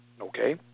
Okay